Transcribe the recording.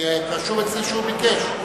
רשום אצלי שהוא ביקש.